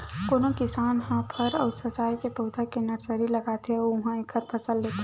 कोनो किसान ह फर अउ सजाए के पउधा के नरसरी लगाथे अउ उहां एखर फसल लेथे